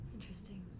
interesting